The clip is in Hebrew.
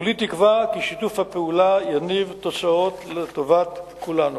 כולי תקווה ששיתוף הפעולה יניב תוצאות לטובת כולנו.